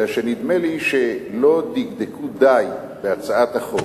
אלא שנדמה לי שלא דקדקו די בהצעת החוק.